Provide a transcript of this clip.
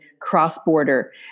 cross-border